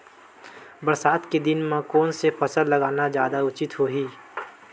बरसात के दिन म कोन से फसल लगाना जादा उचित होही?